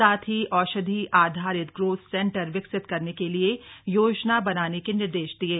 साथ ही औषधीय आधारित ग्रोथ सेंटर विकसित करने के लिए योजना बनाने के निर्देश दिये